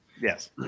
yes